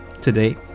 today